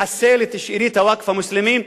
לחסל את שארית הווקף המוסלמי,